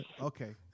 okay